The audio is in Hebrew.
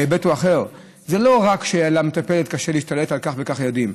ההיבט הוא אחר: זה לא רק שלמטפלת קשה להשתלט על כך וכך ילדים.